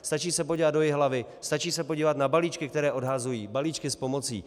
Stačí se podívat do Jihlavy, stačí se podívat na balíčky, které odhazují, balíčky s pomocí.